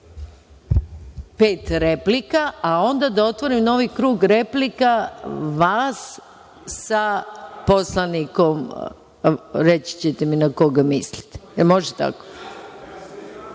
pet replika, a onda da otvorim novi krug replika vas sa poslanikom, reći ćete mi na koga mislite. Da